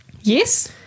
Yes